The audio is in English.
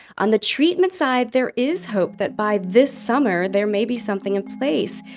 on the treatment side, there is hope that by this summer, there may be something in place.